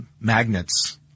magnets